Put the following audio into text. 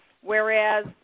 whereas